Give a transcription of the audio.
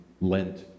Lent